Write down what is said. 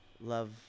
love